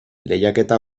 lehiaketa